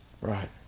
right